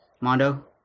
Mondo